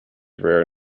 rare